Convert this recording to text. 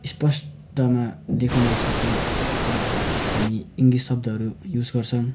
स्पष्टमा देख्नु नसके ता हामी इङ्लिस शब्दहरू युज गर्छौँ